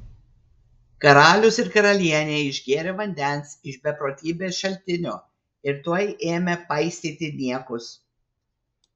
karalius ir karalienė išgėrė vandens iš beprotybės šaltinio ir tuoj ėmė paistyti niekus